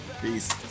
peace